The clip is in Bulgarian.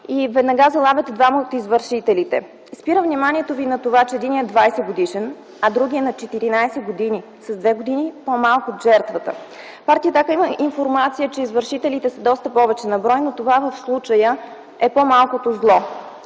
и веднага залавят двама от извършителите. Спирам вниманието Ви на това, че единият е 20-годишен, а другият – на 14 години, с две години по-малък от жертвата. Партия „Атака” има информация, че извършителите са доста повече на брой, но това в случая е по-малкото зло.